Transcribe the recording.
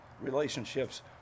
relationships